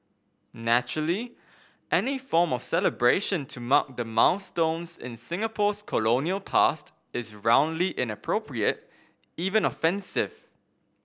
naturally any form of celebration to mark the milestones in Singapore's colonial past is roundly inappropriate even offensive